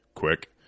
quick